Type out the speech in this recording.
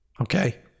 okay